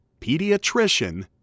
pediatrician